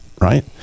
right